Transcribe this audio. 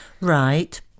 Right